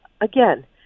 again